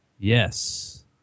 Yes